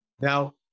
Now